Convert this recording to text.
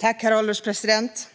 Herr ålderspresident!